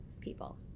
People